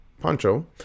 Pancho